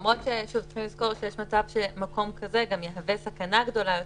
למרות שצריך לזכור שיש מצב שמקום כזה גם יהווה סכנה גדולה יותר,